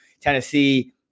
Tennessee